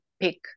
pick